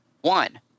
One